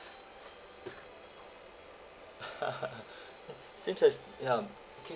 same as ya K